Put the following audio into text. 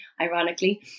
ironically